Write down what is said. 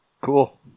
Cool